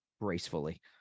gracefully